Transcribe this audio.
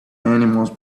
animals